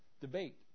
debate